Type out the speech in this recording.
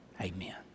amen